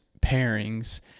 pairings